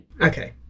okay